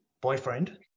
boyfriend